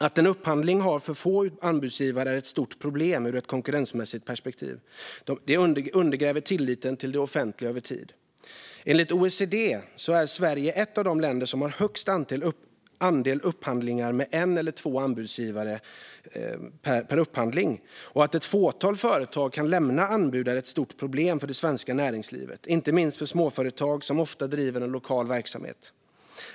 Att en upphandling har få anbudsgivare är ett stort problem ur ett konkurrensmässigt perspektiv. Det undergräver tilliten till det offentliga över tid. Enligt OECD är Sverige ett av de länder som har högst andel upphandlingar med en eller två anbudsgivare per upphandling. Att ett fåtal företag kan lämna anbud är ett stort problem för det svenska näringslivet, inte minst för småföretag som ofta driver en lokal verksamhet.